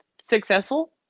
successful